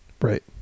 Right